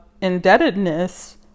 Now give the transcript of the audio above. indebtedness